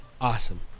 awesome